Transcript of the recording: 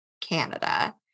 Canada